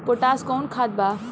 Potash कोउन खाद बा?